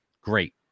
great